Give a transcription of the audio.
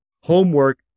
homework